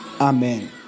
Amen